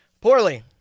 Poorly